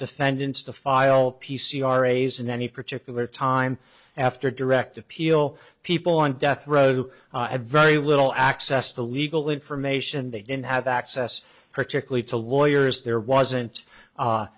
defendants to file p c r raise in any particular time after direct appeal people on death row had very little access to legal information they didn't have access particularly to lawyers there wasn't